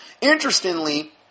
Interestingly